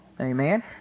Amen